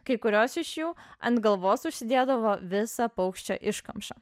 kai kurios iš jų ant galvos užsidėdavo visą paukščio iškamšą